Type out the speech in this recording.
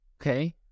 Okay